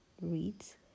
reads